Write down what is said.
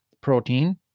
protein